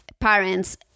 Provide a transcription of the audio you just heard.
parents